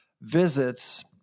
visits